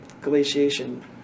glaciation